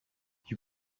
you